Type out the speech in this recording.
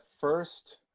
first